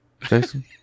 Jason